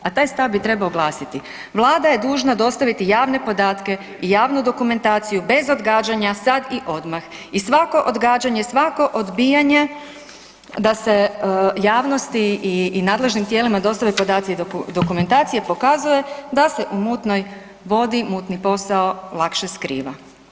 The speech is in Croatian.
A taj stav bi trebao glasiti Vlada je dužna dostaviti javne podatke i javnu dokumentaciju bez odgađanja sad i odmah i svako odgađanje, svako odbijanje da se javnosti i nadležnim tijelima dostave podaci i dokumentacija pokazuje da se u mutnoj vodi, mutni posao lakše skriva.